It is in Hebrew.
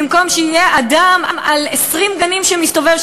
במקום שיהיה אדם על 20 גנים שמסתובב,